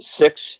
six –